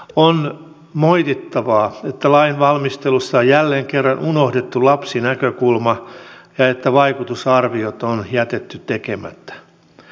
on moitittavaa että lainvalmistelussa on jälleen kerran unohdettu lapsinäkökulma ja että vaikutusarviot on jätetty tekemättä